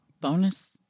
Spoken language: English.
bonus